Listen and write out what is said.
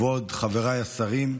כבוד חבריי השרים,